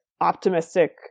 optimistic